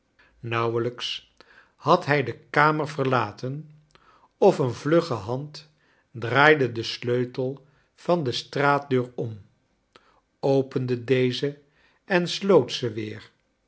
nauwelijks had hij de kamer verlaten of een vlugge hand draaide den sleutel van de straatdeur om opende deze en sloot ze weer